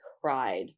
cried